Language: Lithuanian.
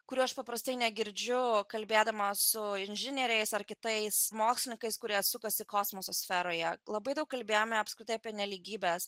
kurių aš paprastai negirdžiu kalbėdama su inžinieriais ar kitais mokslininkais kurie sukasi kosmoso sferoje labai daug kalbėjome apskritai apie nelygybes